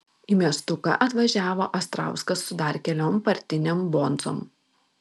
į miestuką atvažiavo astrauskas su dar keliom partinėm bonzom